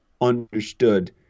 understood